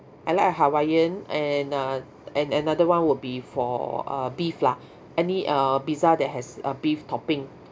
I'd like a hawaiian and uh and another one will be for uh beef lah any uh pizza that has a beef topping